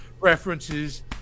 References